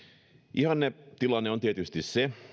ihannetilanne on tietysti se